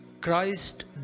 Christ